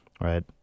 right